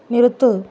நிறுத்து